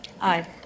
Aye